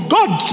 God